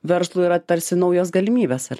verslui yra tarsi naujos galimybės ar